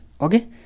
Okay